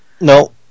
No